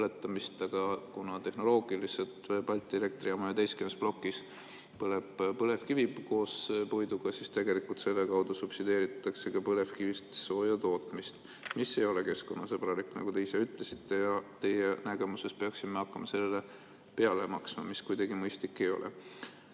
aga kuna tehnoloogiliselt Balti Elektrijaama 11. plokis põleb põlevkivi koos puiduga, siis tegelikult selle kaudu subsideeritakse ka põlevkivist sooja tootmist, mis ei ole keskkonnasõbralik, nagu te ise ka ütlesite. Ja teie nägemuses peaksime hakkama sellele peale maksma, mis ka kuidagi mõistlik ei ole